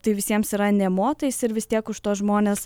tai visiems yra nė motais ir vis tiek už tuos žmones